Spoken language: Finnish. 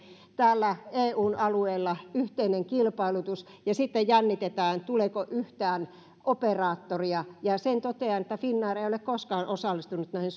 täällä eun alueella yhteinen kilpailutus ja sitten jännitetään tuleeko yhtään operaattoria ja sen totean että finnair ei ole koskaan osallistunut näihin